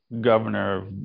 governor